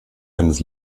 eines